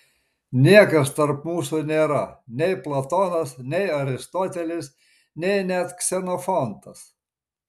niekas tarp mūsų nėra nei platonas nei aristotelis nei net ksenofontas